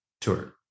tour